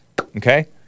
Okay